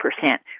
percent